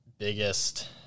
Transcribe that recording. biggest